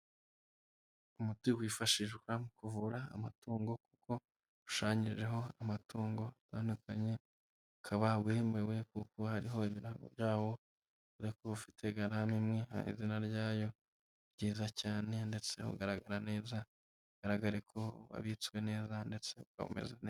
Umuti wifashishwa mu kuvura amatungo kuko ushushanyijeho amatungo atandukanye ukaba wemewe kuko hariho ibirango byawo ariko ufite garanti nini. Hari izina ryayo ryiza cyane ndetse ugaragara neza bigaragare ko wabitswe neza ndetse ukaba umeze neza.